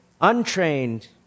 untrained